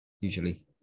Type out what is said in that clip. Usually